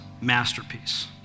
masterpiece